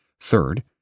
Third